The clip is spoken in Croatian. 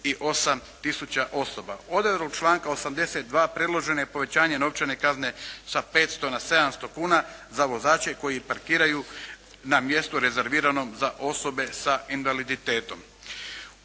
Odredbom članka 82. predloženo je povećanje novčane kazne sa 500 na 700 kuna za vozače koji parkiraju na mjestu rezerviranom za osobe sa invaliditetom.